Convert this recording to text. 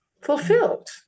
fulfilled